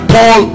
Paul